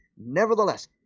nevertheless